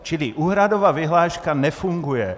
Čili úhradová vyhláška nefunguje.